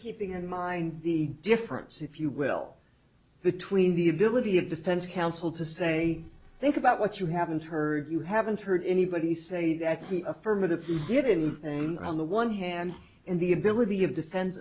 keeping in mind the difference if you will between the ability of defense counsel to say think about what you haven't heard you haven't heard anybody say that the affirmative didn't on the one hand and the ability of defen